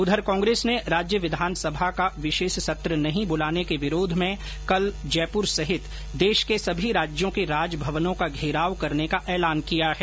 उधर कांग्रेस ने राज्य विधानसभा का विशेष सत्र नहीं बुलाने के विरोध में कल जयपुर सहित देश के सभी राज्यों के राजभवनों का घेराव करने का ऐलान किया है